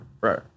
right